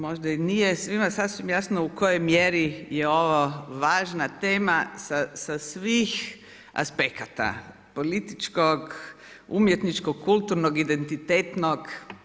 Možda i nije svima sasvim jasno u kojoj mjeri je ovo važna tema sa svih aspekata, političkog, umjetničkog, kulturnog, identitetnog.